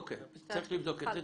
אוקי, צריך לבדוק את זה.